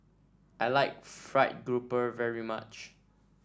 I like fried grouper very much